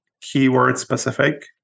keyword-specific